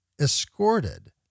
escorted